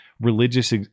religious